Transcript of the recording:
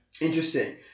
Interesting